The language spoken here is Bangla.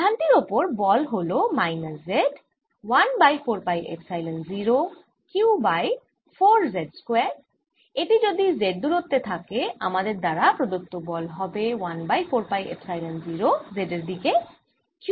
আধানটির ওপর বল হল minus z 1 by 4 pi epsilon 0 q by 4z square এটি যদি z দূরত্বে থাকে আমাদের দ্বারা প্রদত্ত বল হবে 1 বাই 4 পাই এপসাইলন 0 z এর দিকে q বাই 4z স্কয়ার